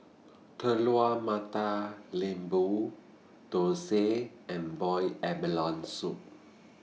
Telur Mata Lembu Thosai and boiled abalone Soup